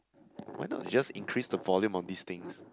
why not just increase the volumes of these things